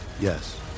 Yes